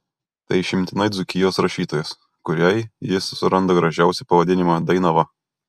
tai išimtinai dzūkijos rašytojas kuriai jis suranda gražiausią pavadinimą dainava